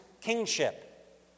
kingship